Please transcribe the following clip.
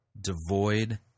devoid